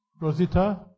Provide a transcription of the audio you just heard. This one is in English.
Rosita